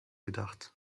gedacht